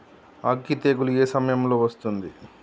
అగ్గి తెగులు ఏ సమయం లో వస్తుంది?